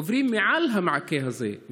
עוברים מעל המעקה הזה,